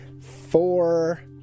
Four